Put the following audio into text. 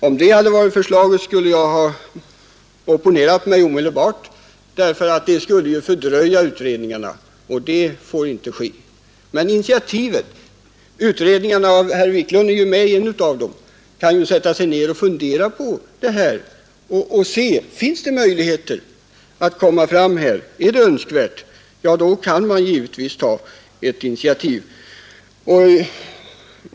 Om det hade varit förslaget skulle jag omedelbart ha opponerat mig — det skulle ju fördröja utredningarna, och det får inte ske. Men utredningarna — herr Wiklund är själv med i en av dem — kan ju sätta sig ned och fundera över om det här är en framkomlig och önskvärd väg. I så fall kan de givetvis ta ett initiativ.